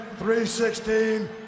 316